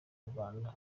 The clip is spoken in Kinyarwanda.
rwanda